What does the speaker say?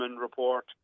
Report